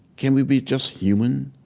can we be just human